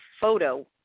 photo